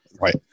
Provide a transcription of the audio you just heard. right